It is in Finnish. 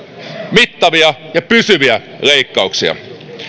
mittavia ja pysyviä leikkauksia